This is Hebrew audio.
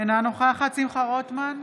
אינה נוכחת שמחה רוטמן,